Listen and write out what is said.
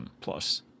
plus